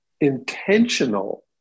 intentional